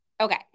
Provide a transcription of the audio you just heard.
okay